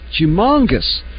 humongous